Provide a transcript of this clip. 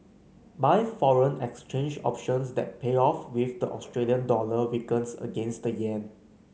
buy foreign exchange options that pay off if the Australian dollar weakens against the yen